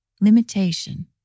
limitation